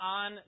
on